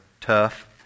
tough